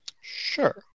Sure